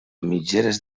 mitgeres